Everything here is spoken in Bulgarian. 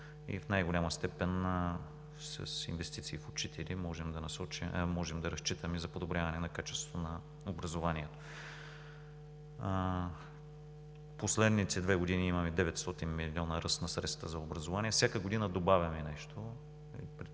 и в най-голяма степен с инвестиции в учители можем да разчитаме за подобряване на качеството на образованието. Последните две години имаме 900 млн. лв. ръст на средствата за образование. Всяка година добавяме нещо.